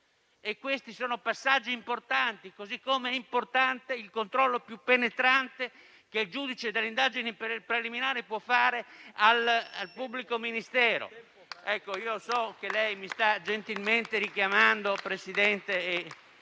Questi sono passaggi importanti, così com'è importante il controllo più penetrante che il giudice delle indagini preliminari può fare al pubblico ministero.